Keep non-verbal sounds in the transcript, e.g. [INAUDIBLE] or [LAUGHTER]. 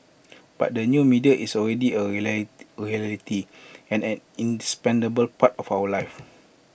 but the new media is already A [UNINTELLIGIBLE] reality and an indispensable part of our lives